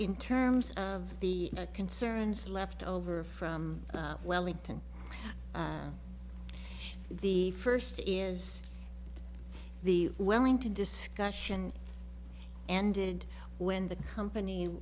in terms of the concerns left over from wellington the first is the wellington discussion ended when the company